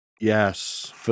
Yes